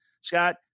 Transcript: Scott